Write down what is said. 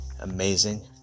amazing